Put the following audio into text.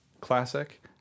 classic